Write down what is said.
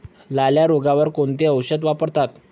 लाल्या रोगावर कोणते औषध वापरतात?